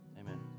amen